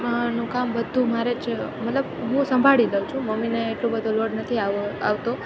માનું કામ બધું મારે જ મતલબ હું સંભાળી લઉ છું મમ્મીને એટલો બધો લોડ નથી આવતો